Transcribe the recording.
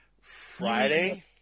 Friday